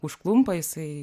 užklumpa jisai